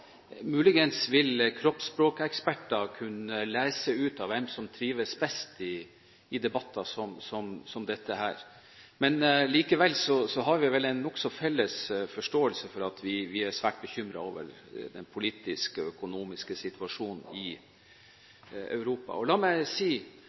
Muligens ville kroppsspråkeksperter kunnet lese hvem som trives best i debatter som dette. Likevel har vi en nokså lik forståelse for at vi er svært bekymret over den politiske og økonomiske situasjonen i